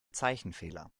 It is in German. zeichenfehler